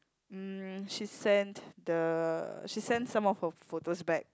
mm she sent the she sent some of her photos back